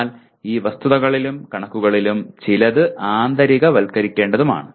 എന്നാൽ ഈ വസ്തുതകളിലും കണക്കുകളിലും ചിലത് ആന്തരികവൽക്കരിക്കേണ്ടതുമാണ്